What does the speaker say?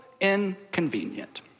inconvenient